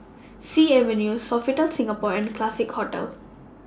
Sea Avenue Sofitel Singapore and Classique Hotel